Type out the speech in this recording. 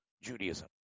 Judaism